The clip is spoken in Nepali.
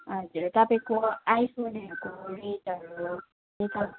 हजुर तपाईँको आइफोनहरूको रेटहरू